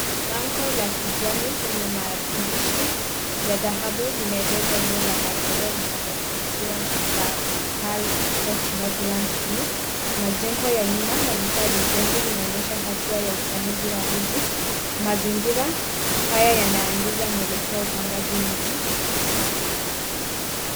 Bango la kijani lenye maandishi ya dhahabu linaeleza eneo la maendeleo linalodhibitiwa la Pearl Court Northlands View. Majengo ya nyuma na vifaa vya ujenzi vinaonyesha hatua ya upanuzi wa miji. Mazingira haya yanaangiza mwelekeo wa upangaji miji wa kisasa.